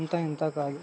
అంతా ఇంతా కాదు